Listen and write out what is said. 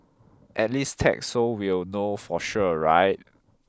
at least tag so we'll know for sure right